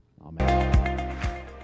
amen